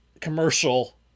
commercial